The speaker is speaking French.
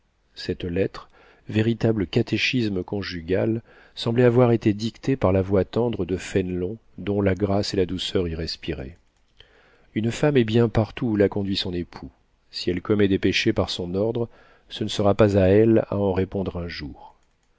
cette lettre véritable catéchisme conjugal semblait avoir été dictée par la voix tendre de fénelon dont la grâce et la douceur y respiraient une femme est bien partout où la conduit son époux si elle commet des péchés par son ordre ce ne sera pas à elle à en répondre un jour